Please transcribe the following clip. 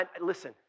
listen